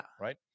right